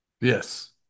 Yes